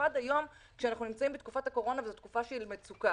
במיוחד היום כשאנחנו נמצאים בתקופת הקורונה וזו תקופה של מצוקה.